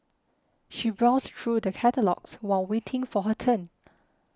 she browsed through the catalogues while waiting for her turn